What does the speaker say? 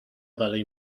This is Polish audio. dalej